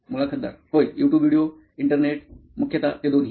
मुलाखतदार होय YouTube video internet होय मुख्यतः ते दोन्ही